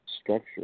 structure